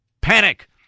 panic